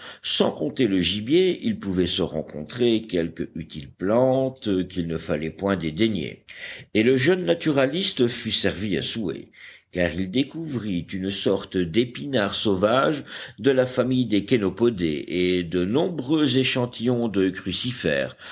sans compter le gibier il pouvait se rencontrer quelque utile plante qu'il ne fallait point dédaigner et le jeune naturaliste fut servi à souhait car il découvrit une sorte d'épinards sauvages de la famille des chénopodées et de nombreux échantillons de crucifères